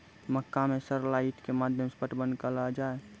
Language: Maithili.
मक्का मैं सर लाइट के माध्यम से पटवन कल आ जाए?